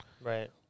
Right